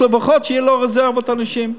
שלפחות יהיה לו רזרבות אנשים.